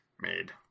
made